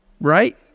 right